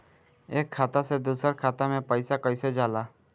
एक खाता से दूसर खाता मे पैसा कईसे जाला?